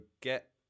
get